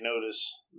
notice